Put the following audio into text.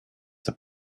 the